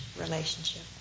relationship